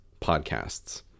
podcasts